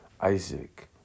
Isaac